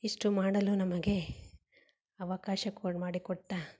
ಇಷ್ಟು ಮಾಡಲು ನಮಗೆ ಅವಕಾಶ ಕೊ ಮಾಡಿಕೊಟ್ಟ